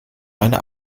eine